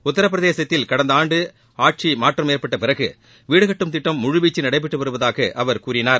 உத்தரபிரதேசத்தில் கடந்த ஆண்டு ஆட்சி மாற்றம் ஏற்பட்ட பிறகு வீடு கட்டும் திட்டம் முழுவீச்சில் நடைபெற்றுவருவதாக அவர் கூறினார்